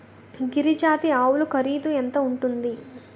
గిరి జాతి ఆవులు ఖరీదు ఎంత ఉంటుంది?